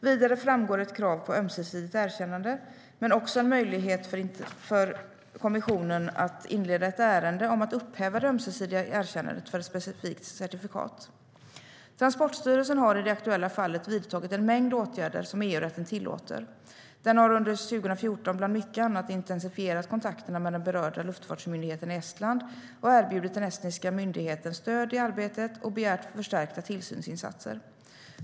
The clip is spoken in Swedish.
Vidare framgår ett krav på ömsesidigt erkännande men också en möjlighet för kommissionen att inleda ett ärende om att upphäva det ömsesidiga erkännandet för ett specifikt certifikat. Transportstyrelsen har i det aktuella fallet vidtagit en mängd åtgärder som EU-rätten tillåter. Den har under 2014 bland mycket annat intensifierat kontakterna med den behöriga luftfartsmyndigheten i Estland och erbjudit den estniska myndigheten stöd i arbetet och begärt förstärkta tillsynsinsatser.